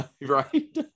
Right